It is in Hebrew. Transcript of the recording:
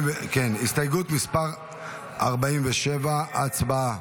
הסתייגות 47, הצבעה.